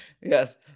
yes